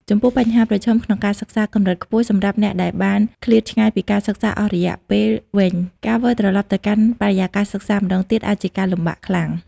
ចំពោះបញ្ហាប្រឈមក្នុងការសិក្សាកម្រិតខ្ពស់ សម្រាប់អ្នកដែលបានឃ្លាតឆ្ងាយពីការសិក្សាអស់មួយរយៈពេលវែង ការវិលត្រឡប់ទៅកាន់បរិយាកាសសិក្សាម្តងទៀតអាចជាការលំបាកខ្លាំង។